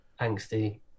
angsty